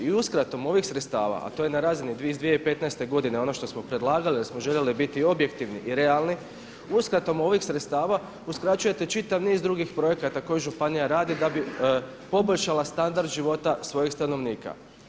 I uskratom ovih sredstava a to je na razini iz 2015. godine ono što smo predlagali jer smo željeli biti objektivni i realni uskratom ovih sredstava uskraćujete čitav niz drugih projekata koji županija radi da bi poboljšala standard života svojih stanovnika.